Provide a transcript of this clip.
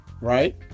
right